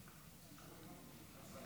כנסת